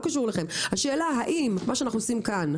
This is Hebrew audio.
השאלה האם מה שאנחנו עושים כאן,